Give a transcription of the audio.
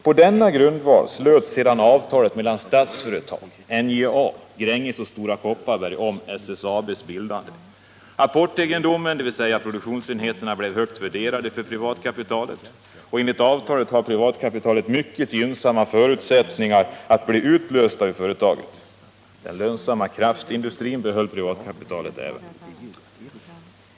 På denna grundval slöts sedan avtalet mellan Statsföretag, NJA, Gränges och Stora Kopparberg om SSAB:s bildande. Apportegendomen, dvs. produktionsenheterna, blev högt värderade för privatkapitalet, och enligt avtalet har privatkapitalet mycket gynnsamma förutsättningar att bli utlöst ur företaget. Den lönsamma kraftindustrin behöll däremot privatkapitalet.